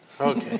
Okay